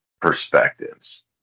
perspectives